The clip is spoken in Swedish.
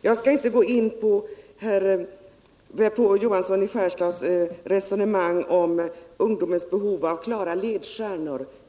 Jag skall inte gå in på Sven Johanssons resonemang om ungdomens behov av klara ledstjärnor.